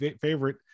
favorite